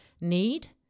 need